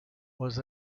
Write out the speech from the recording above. was